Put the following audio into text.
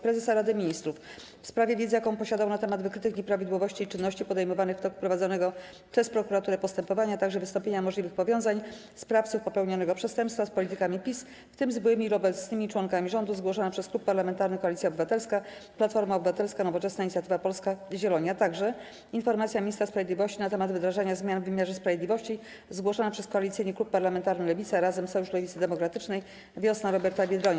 Prezesa Rady Ministrów w sprawie wiedzy jaką posiadał na temat wykrytych nieprawidłowości i czynności podejmowanych w toku prowadzonego przez prokuraturę postępowania, a także wystąpienia możliwych powiązań sprawców popełnionego przestępstwa z politykami PiS, w tym z byłymi lub obecnymi członkami rządu - zgłoszony przez Klub Parlamentarny Koalicja Obywatelska - Platforma Obywatelska, Nowoczesna, Inicjatywa Polska, Zieloni; - Informacja Ministra Sprawiedliwości na temat wdrażania zmian w wymiarze sprawiedliwości - zgłoszony przez Koalicyjny Klub Parlamentarny Lewicy (Razem, Sojusz Lewicy Demokratycznej, Wiosna Roberta Biedronia)